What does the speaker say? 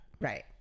Right